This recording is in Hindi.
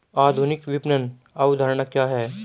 आधुनिक विपणन अवधारणा क्या है?